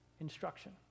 instruction